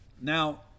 now